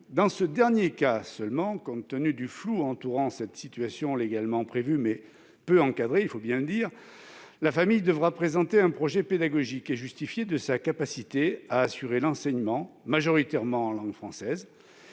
Dans ce dernier cas seulement, compte tenu du flou entourant cette situation légalement prévue, mais peu encadrée, il faut bien le dire, la famille devra présenter un projet pédagogique et justifier de sa capacité à assurer l'enseignement, majoritairement en langue française.